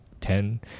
ten